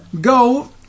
Go